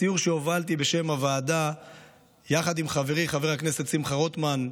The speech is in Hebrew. בסיור שהובלתי בשם הוועדה יחד חברי חבר הכנסת שמחה רוטמן,